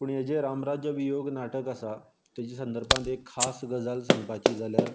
पूण हें जें राम राज्यवियोग नाटक आसा तेजी संदर्भान एक खास गजाल सांगपाची जाल्यार